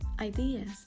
ideas